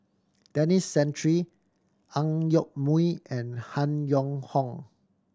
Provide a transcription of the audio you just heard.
Denis Santry Ang Yoke Mooi and Han Yong Hong